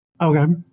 Okay